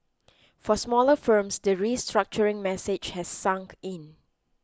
for smaller firms the restructuring message has sunk in